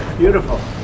beautiful.